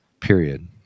Period